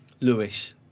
Lewis